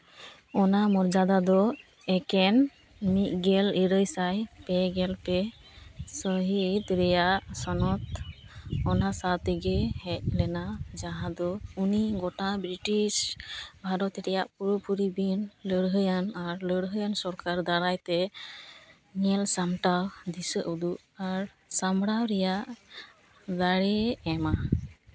ᱚᱱᱟ ᱢᱚᱨᱡᱟᱫᱟ ᱫᱚ ᱮᱠᱷᱮᱱ ᱢᱤᱫ ᱜᱮᱞ ᱤᱨᱟᱹᱞ ᱥᱟᱭ ᱯᱮ ᱜᱮᱞ ᱯᱮ ᱥᱟᱺᱦᱤᱛ ᱨᱮᱭᱟᱜ ᱥᱚᱱᱚᱛ ᱚᱱᱟ ᱥᱟᱶ ᱛᱮᱜᱮ ᱦᱮᱡ ᱞᱮᱱᱟ ᱡᱟᱦᱟᱸ ᱫᱚ ᱩᱱᱤ ᱜᱳᱴᱟ ᱵᱨᱤᱴᱤᱥ ᱵᱷᱟᱨᱚᱛ ᱨᱮᱭᱟᱜ ᱯᱩᱨᱟᱹ ᱯᱩᱨᱤ ᱵᱤᱱ ᱞᱟᱹᱲᱦᱟᱹᱭᱟᱱ ᱟᱨ ᱞᱟᱹᱲᱦᱟᱹᱭᱟᱱ ᱥᱚᱨᱠᱟᱨ ᱫᱟᱨᱟᱭ ᱛᱮ ᱧᱮᱞ ᱥᱟᱢᱴᱟᱣ ᱫᱤᱥᱟᱹ ᱩᱫᱩᱜ ᱟᱨ ᱥᱟᱢᱲᱟᱣ ᱨᱮᱭᱟᱜ ᱫᱟᱲᱮ ᱮᱢᱟ